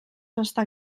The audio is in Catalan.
està